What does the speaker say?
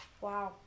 Wow